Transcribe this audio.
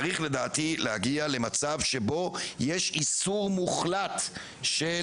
צריך לדעתי להגיע למצב שבו יש איסור מוחלט של